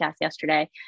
yesterday